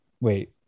Wait